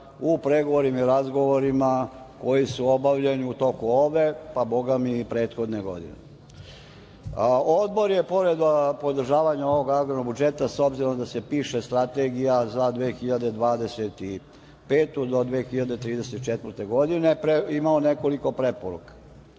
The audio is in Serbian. u pregovorima i razgovorima koji su obavljeni u toku ove, a bogami i prethodne godine. Odbor je pored podržavanja ovog agrarnog budžeta, s obzirom da se piše Strategija za 2025. do 2034. godine, imao nekoliko preporuka. Preporuka